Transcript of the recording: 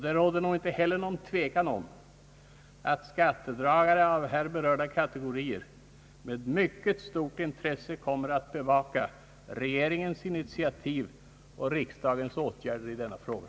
Det råder nog inte heller någon tvekan om att skattedragare av här berörda kategorier med mycket stort intresse kommer att bevaka regeringens initiativ och riksdagens åtgärder i denna fråga.